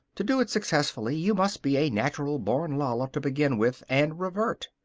to do it successfully, you must be a natural-born loller to begin with and revert.